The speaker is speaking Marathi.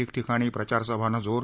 ठिकठिकाणी प्रचारसभांना जोर